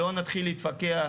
לא נתחיל להתווכח,